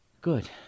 Good